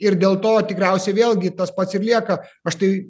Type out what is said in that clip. ir dėl to tikriausiai vėlgi tas pats ir lieka aš tai